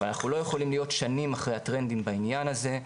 אבל אנחנו לא יכולים להיות שנים אחרי הטרנדים בעניין הזה,